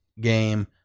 game